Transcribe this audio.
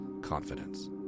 confidence